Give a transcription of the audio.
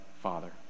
Father